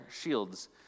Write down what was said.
shields